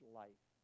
life